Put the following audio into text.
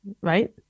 right